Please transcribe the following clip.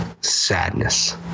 sadness